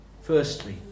firstly